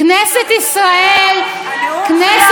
כנסת ישראל, היא כבר הידרדרה.